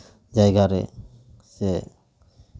ᱡᱟᱭᱜᱟ ᱨᱮ ᱥᱮ